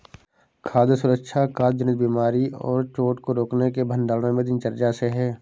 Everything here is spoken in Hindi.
खाद्य सुरक्षा खाद्य जनित बीमारी और चोट को रोकने के भंडारण में दिनचर्या से है